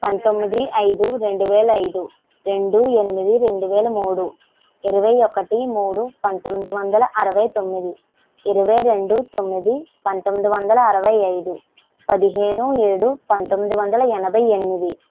పంతొమ్మిది ఐదు రెండు వేల ఐదు రెండు ఎనిమిది రెండు వేల మూడు ఇరవై ఒకటి మూడు పంతొమ్మిది వందల అరవై తొమ్మిది ఇరవై రెండు తొమ్మిది పంతొమ్మిది వందల అరవై ఐదు పదిహేను ఏడు పంతొమ్మిది వందల ఎనభై ఎనిమిది